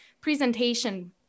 presentation